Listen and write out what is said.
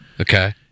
Okay